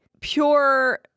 pure